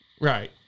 Right